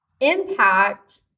impact